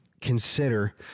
consider